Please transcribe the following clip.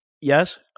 Yes